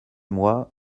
moi